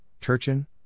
Turchin